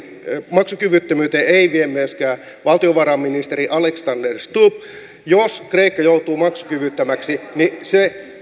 maksukyvyttömyyteen ei vie myöskään valtiovarainministeri alexander stubb jos kreikka joutuu maksukyvyttömäksi niin se